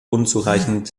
unzureichend